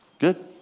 Good